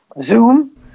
zoom